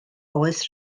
oes